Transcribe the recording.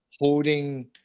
holding